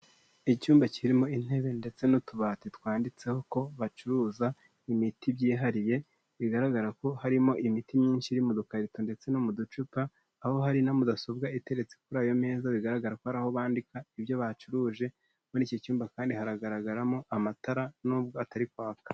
Icyumba kirimo intebe ndetse n'utubati twanditseho ko bacuruza imiti byihariye, bigaragara ko harimo imiti myinshi iri mu dukarito ndetse no mu ducupa, aho hari na mudasobwa iteretse kuri ayo meza bigaragara ko hari aho bandika ibyo bacuruje, muri iki cyumba kandi haragaragaramo amatara nubwo atari kwaka.